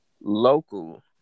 local